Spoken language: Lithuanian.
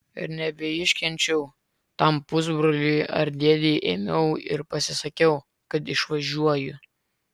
ir nebeiškenčiau tam pusbroliui ar dėdei ėmiau ir pasisakiau kad išvažiuoju